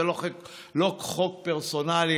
זה לא חוק פרסונלי.